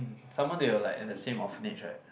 someone they were like at the same of age right